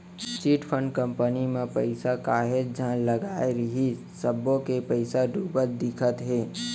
chit fund company म पइसा काहेच झन लगाय रिहिस सब्बो के पइसा डूबत दिखत हे